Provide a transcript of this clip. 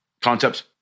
concepts